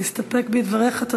נסתפק בדבריך.